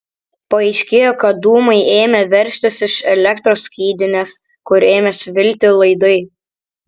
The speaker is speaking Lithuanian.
paaiškėjo kad dūmai ėmė veržtis iš elektros skydinės kur ėmė svilti laidai